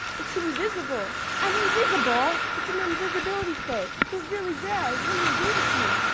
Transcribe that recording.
it's invisible. i'm invisible. it's an invisibility cloak. they're really rare. i wonder who gave it to you?